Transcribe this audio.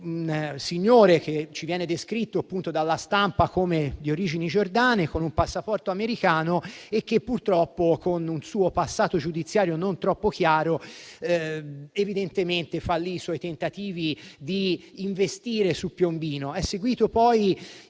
signore che ci viene descritto dalla stampa come di origini giordane, con un passaporto americano e purtroppo con un passato giudiziario non troppo chiaro, evidentemente fallire i suoi tentativi di investire su Piombino. È seguito poi